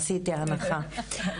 עשיתי הנחה.